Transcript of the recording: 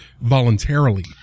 voluntarily